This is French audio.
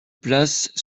placent